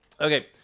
Okay